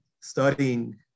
studying